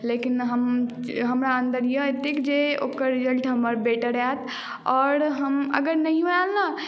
लेकिन हम हमरा अन्दर यऽ एतेक जे ओकर रिजल्ट हमर बेटर आयत आओर हम अगर नहियो आयल ने